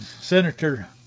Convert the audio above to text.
Senator